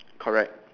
correct